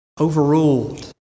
overruled